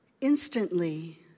Instantly